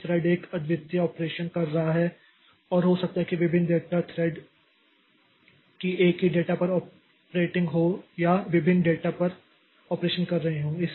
प्रत्येक थ्रेड एक अद्वितीय ऑपरेशन कर रहा है और हो सकता है कि विभिन्न थ्रेड की एक ही डेटा पर ऑपरेटिंग हो या वे विभिन्न डेटा पर ऑपरेशन कर रहे हों